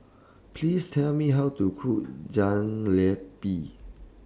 Please Tell Me How to Cook Jalebi